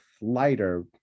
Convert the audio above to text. lighter